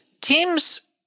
teams